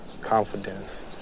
confidence